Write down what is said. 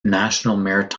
national